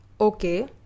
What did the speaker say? Okay